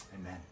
Amen